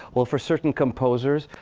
well, for certain composers,